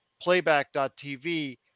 playback.tv